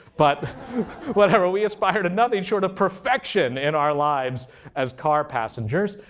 but whatever. we aspire to nothing short of perfection in our lives as car passengers.